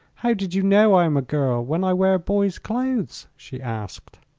how did you know i am a girl, when i wear boys' clothes? she asked.